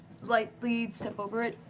lightly step over it,